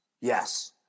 yes